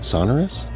Sonorous